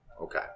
Okay